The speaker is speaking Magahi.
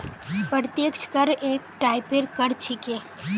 प्रत्यक्ष कर एक टाइपेर कर छिके